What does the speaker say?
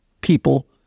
people